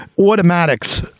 automatics